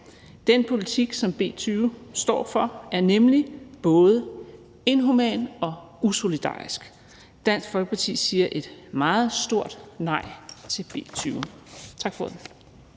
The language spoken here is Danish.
Den politik, som B 20 står for, er nemlig både inhuman og usolidarisk. Dansk Folkeparti siger et meget stort nej til B 20. Tak for ordet.